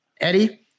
Eddie